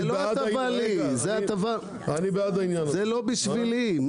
זאת לא הטבה עבורי, זה לא בשבילי.